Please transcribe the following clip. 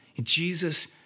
Jesus